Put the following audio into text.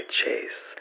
chase